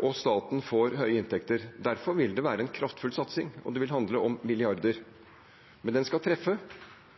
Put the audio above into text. og staten får høye inntekter. Derfor vil det være en kraftfull satsing, og det vil handle om milliarder. Men den skal treffe,